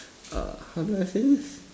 err how do I say this